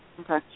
Okay